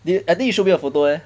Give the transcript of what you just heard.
you I think you show me a photo leh